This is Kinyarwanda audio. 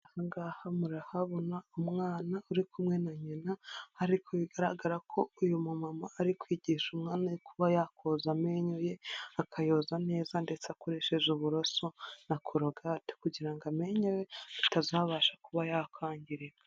Aha ngaha murahabona umwana uri kumwe na nyina ariko bigaragara ko uyu mumama ari kwigisha umwanya kuba yakoza amenyo ye, akayoza neza ndetse akoresheje uburoso na korogate kugira ngo amenyo ye atazabasha kuba yakwangirika.